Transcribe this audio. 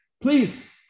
please